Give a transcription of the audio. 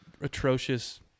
atrocious